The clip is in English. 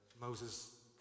Moses